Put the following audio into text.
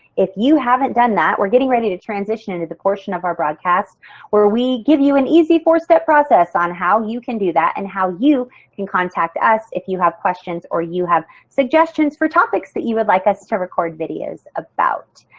if you haven't done that, we're getting ready to transition into the course of our broadcast where we give you an easy four step process on how you can do that and how you can contact us if you have questions or you have suggestions for topics that you would like us to record video about.